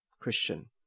Christian